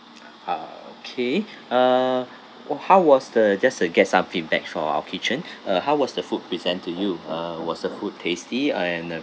ah okay uh oh how was the just to get some feedback for our kitchen uh how was the food present to you uh was the food tasty and uh